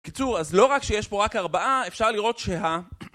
קיצור, אז לא רק שיש פה רק ארבעה, אפשר לראות שה...